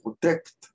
protect